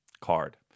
card